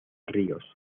ríos